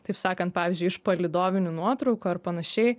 taip sakant pavyzdžiui iš palydovinių nuotraukų ar panašiai